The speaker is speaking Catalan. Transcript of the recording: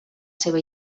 seva